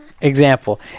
example